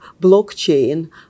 blockchain